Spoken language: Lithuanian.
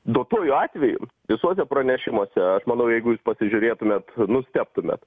duotuoju atveju visuose pranešimuose aš manau jeigu jūs pasižiūrėtumėt nustebtumėt